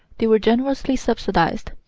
they were generously subsidized.